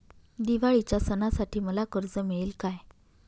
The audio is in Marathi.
दिवाळीच्या सणासाठी मला कर्ज मिळेल काय?